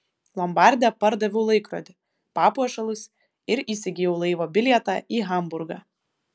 lombarde pardaviau laikrodį papuošalus ir įsigijau laivo bilietą į hamburgą